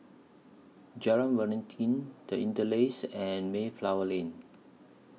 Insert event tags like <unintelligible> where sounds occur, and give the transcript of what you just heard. Jalan <unintelligible> The Interlace and Mayflower Lane